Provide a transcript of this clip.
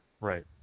Right